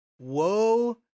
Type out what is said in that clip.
Woe